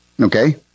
Okay